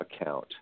account